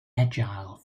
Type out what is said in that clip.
agile